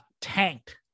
tanked